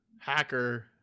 hacker